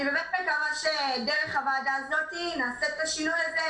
אני באמת מקווה שדרך הוועדה הזאת נעשה את השינוי הזה,